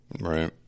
right